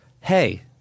hey